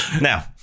Now